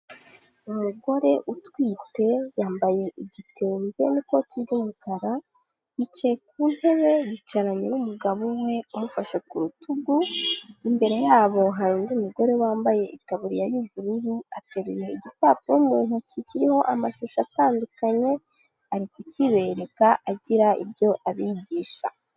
Umugore utwite yambaye igitenge n'ikoti ry'umukara, yicaye ku ntebe yicaranye n'umugabo umwe umufashe ku rutugu, imbere yabo hari undi mugore wambaye itaburiya y'ubururu, ateruye igipapuro mu ntoki kiriho amashusho atandukanye, ari kukibereka agira ibyo abigisha.